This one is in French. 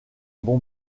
mon